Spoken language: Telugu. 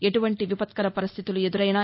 ఎటువంటి విపత్కర పరిస్టితులు ఎదురైనా